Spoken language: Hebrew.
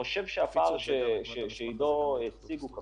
הפער שהציג עידו הוא כפול.